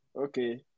Okay